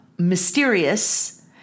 mysterious